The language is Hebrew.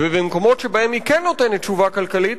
ובמקומות שבהם היא כן נותנת תשובה כלכלית,